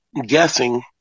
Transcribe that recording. guessing